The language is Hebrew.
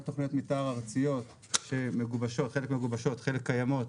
גם תוכניות מתאר ארציות שחלק מהן מגובשות וחלק מהן קיימות,